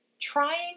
Trying